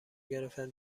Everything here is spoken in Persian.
گرفتم